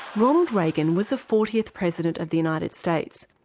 ronald reagan was the fortieth president of the united states.